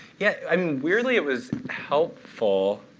yeah um weirdly, it was helpful.